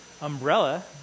umbrella